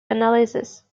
analysis